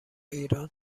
ایران